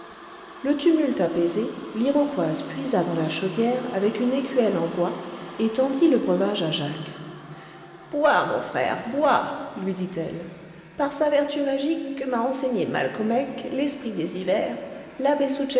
le tumulte apaisé l'iroquoise puisa dans la chaudière avec une écuelle en bois et tendit le breuvage à jacques bois mon frère bois lui dit-elle par sa vertu magique que m'a enseignée malcomek l'esprit des hivers